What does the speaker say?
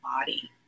body